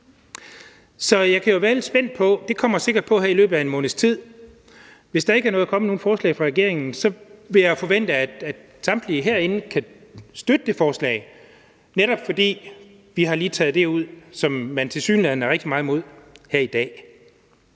Så jeg kan være lidt spændt på det. Det kommer sikkert på i løbet af en måneds tid, og hvis der ikke er kommet nogen forslag fra regeringens side, vil jeg forvente, at samtlige herinde kan støtte det forslag, netop fordi vi har taget det ud, som man tilsyneladende er rigtig meget imod her i dag.